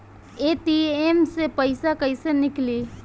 ATM से पइसा कइसे निकली?